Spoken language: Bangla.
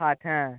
ষাট হ্যাঁ